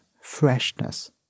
freshness